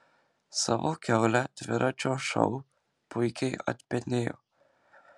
savo kiaulę dviračio šou puikiai atpenėjo